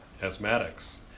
asthmatics